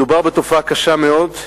מדובר בתופעה קשה מאוד.